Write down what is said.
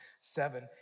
seven